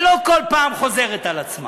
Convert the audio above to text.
שלא כל פעם חוזרת על עצמה,